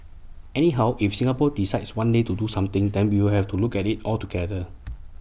anyhow if Singapore decides one day to do something then we'll have to look at IT altogether